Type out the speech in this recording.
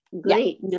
great